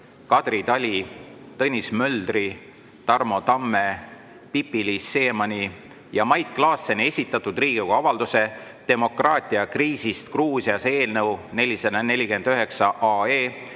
Kadri Tali, Tõnis Möldri, Tarmo Tamme, Pipi-Liis Siemanni ja Mait Klaasseni esitatud Riigikogu avalduse "Demokraatia kriisist Gruusias" eelnõu 449